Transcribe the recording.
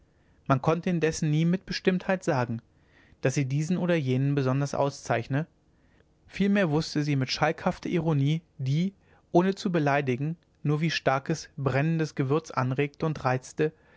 man konnte indessen nie mit bestimmtheit sagen daß sie diesen oder jenen besonders auszeichne vielmehr wußte sie mit schalkhafter ironie die ohne zu beleidigen nur wie starkes brennendes gewürz anregte und reizte